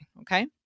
okay